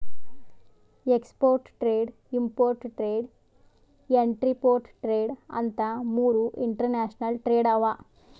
export trade, import trade, entrepot trade ಅಂತ್ ಮೂರ್ international trade ಅವಾ